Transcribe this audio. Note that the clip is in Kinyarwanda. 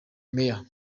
mayor